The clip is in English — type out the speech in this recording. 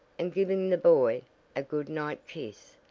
and, giving the boy a good night kiss,